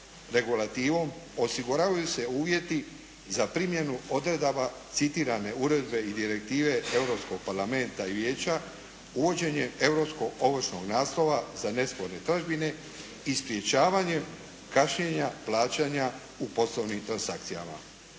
regulativom osiguravaju se uvjeti za primjenu odredaba citirane uredbe i direktive Europskog parlamenta i Vijeća, uvođenje europskog ovršnog naslova za nesporne dažbine i sprečavanje kašnjenja plaćanja u poslovnim transakcijama.